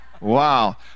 wow